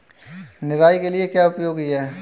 निराई के लिए क्या उपयोगी है?